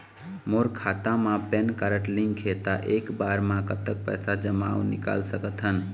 मोर खाता मा PAN card link हे ता एक बार मा कतक पैसा जमा अऊ निकाल सकथन?